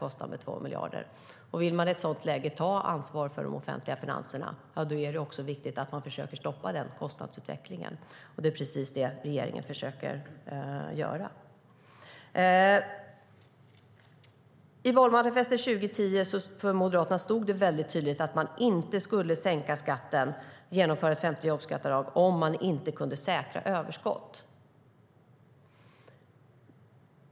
Om man i ett sådant läge vill ta ansvar för de offentliga finanserna är det också viktigt att man försöker stoppa denna kostnadsutveckling. Det är precis det regeringen försöker göra. I valmanifestet 2010 för Moderaterna stod det tydligt att man inte skulle sänka skatten och genomföra ett femte jobbskatteavdrag om man inte kunde säkra överskott.